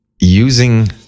using